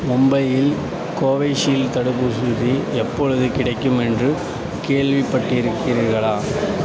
மும்பையில் கோவிஷீல்ட் தடுப்பூசி எப்பொழுது கிடைக்கும் என்று கேள்விப்பட்டிருக்கிறீர்களா